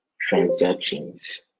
transactions